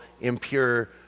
impure